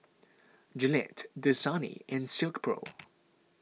Gillette Dasani and Silkpro